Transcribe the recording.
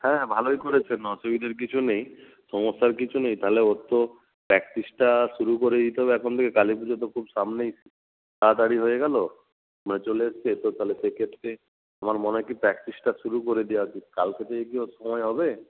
হ্যাঁ হ্যাঁ ভালোই করেছেন অসুবিধার কিছু নেই সমস্যার কিছু নেই তাহলে ওর তো প্র্যাকটিসটা শুরু করে দিতে হবে এখন থেকে কালী পুজো তো খুব সামনেই তাড়াতাড়ি হয়ে গেল মানে চলে এসেছে তো তাহলে সেক্ষেত্রে আমার মনে হয় কী প্র্যাকটিসটা শুরু করে দেওয়া উচিত কালকে থেকে কি ওর সময় হবে